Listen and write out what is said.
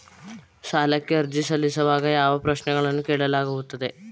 ಸಾಲಕ್ಕೆ ಅರ್ಜಿ ಸಲ್ಲಿಸುವಾಗ ಯಾವ ಪ್ರಶ್ನೆಗಳನ್ನು ಕೇಳಲಾಗುತ್ತದೆ?